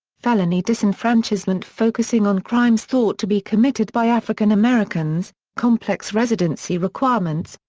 felony disenfranchisement focusing on crimes thought to be committed by african americans, complex residency requirements,